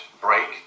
break